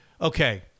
okay